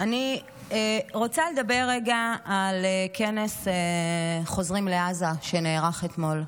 אני רוצה לדבר רגע על כנס חוזרים לעזה שנערך אתמול,